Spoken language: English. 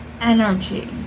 energy